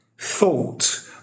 thought